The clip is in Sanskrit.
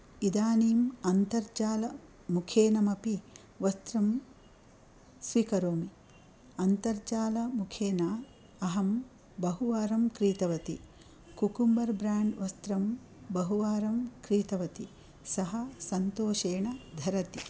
इदानीम् अन्तर्जालमुखेनमपि वस्त्रं स्वीकरोमि अन्तर्जालमुखेन अहं बहुवारं क्रीतवती ब्राण्ड् वस्त्रं बहुवारं क्रीतवती सः सन्तोषेण धरति